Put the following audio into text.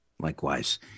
Likewise